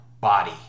body